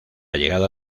llegada